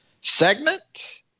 segment